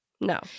No